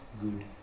good